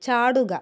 ചാടുക